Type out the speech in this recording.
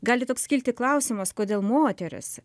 gali toks kilti klausimas kodėl moterys